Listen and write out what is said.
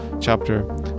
chapter